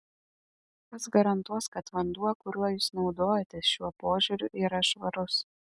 kas garantuos kad vanduo kuriuo jūs naudojatės šiuo požiūriu yra švarus